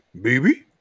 baby